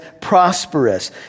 prosperous